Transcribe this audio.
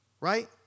right